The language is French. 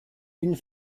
une